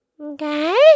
Okay